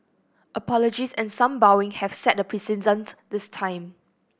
apologies and some bowing have set the precedent this time